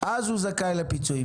אז הוא זכאי לפיצויים.